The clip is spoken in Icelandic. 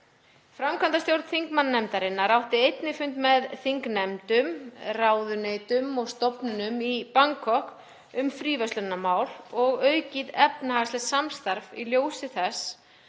Framkvæmdastjórn þingmannanefndarinnar átti einnig fundi með þingnefndum, ráðuneytum og stofnunum í Bangkok um fríverslunarmál og aukið efnahagslegt samstarf í ljósi þess